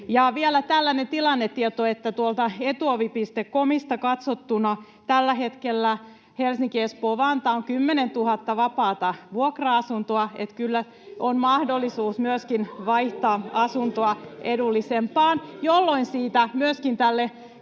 Vielä tällainen tilannetieto, että tuolta Etuovi.comista katsottuna tällä hetkellä alueella Helsinki—Espoo—Vantaa on 10 000 vapaata vuokra-asuntoa, että kyllä on mahdollisuus myöskin vaihtaa asuntoa edullisempaan, jolloin siitä myöskin tälle